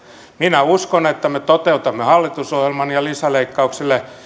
minä uskon että me toteutamme hallitusohjelman ja lisäleikkauksille